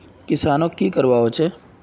किसानोक की करवा होचे?